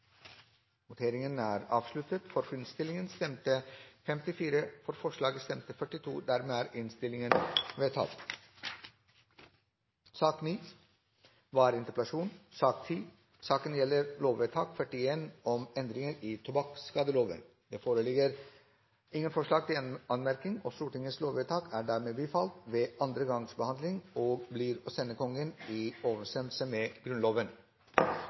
lovvedtak er dermed bifalt ved andre gangs behandling og blir å sende Kongen i overensstemmelse med Grunnloven. Det foreligger ingen forslag til anmerkning, og Stortingets lovvedtak er dermed bifalt ved andre gangs behandling og blir å sende Kongen i overensstemmelse med Grunnloven.